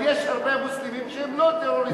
אבל יש הרבה מוסלמים שהם לא טרוריסטים.